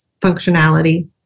functionality